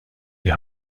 die